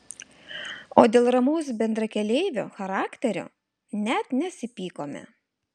o dėl ramaus bendrakeleivio charakterio net nesipykome